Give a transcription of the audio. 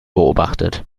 beobachtet